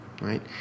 Right